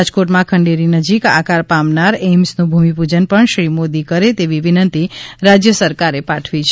રાજકોટ માં ખંડેરી નજીક આકાર પામનાર એઈમ્સ નું ભૂમિપૂજન પણ શ્રી મોદી કરે તેવી વિનંતી રાજ્ય સરકારે પાઠવી છે